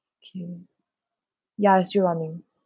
okay ya it's still running